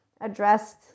addressed